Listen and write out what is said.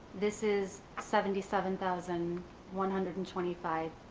this is seventy seven thousand one hundred and twenty five